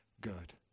good